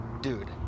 dude